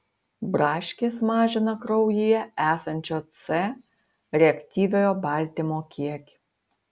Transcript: braškės mažina kraujyje esančio c reaktyviojo baltymo kiekį